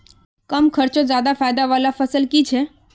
कम खर्चोत ज्यादा फायदा वाला फसल की छे?